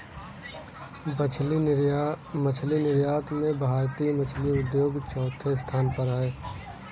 मछली निर्यात में भारतीय मछली उद्योग चौथे स्थान पर है